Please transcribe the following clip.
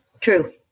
True